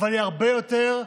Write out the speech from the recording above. אבל היא הרבה יותר,